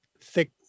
thick